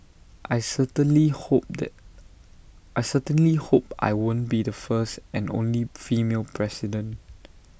I certainly hope that I certainly hope I won't be the first and only female president